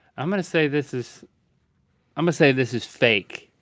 i'm gonna say this is i'm gonna say this is fake.